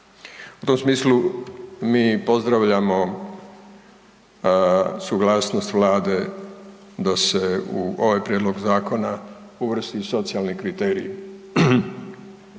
U tom smislu mi pozdravljamo suglasnost vlade da se u ovaj prijedlog zakona uvrsti socijalni kriteriji